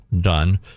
done